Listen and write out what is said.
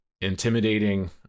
intimidating